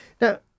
Now